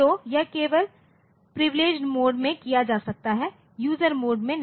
तो यह केवल प्रिविलेजेड मोड में किया जा सकता है यूजर मोड में नहीं